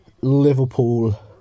Liverpool